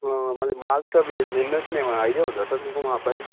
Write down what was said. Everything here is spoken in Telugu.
మళ్ళీ మార్క్స్ అవి ఎన్ని వచ్చినాయి ఏమైనా ఐడియా ఉందా సార్ మీకు మా అబ్బాయివి